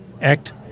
act